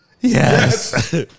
Yes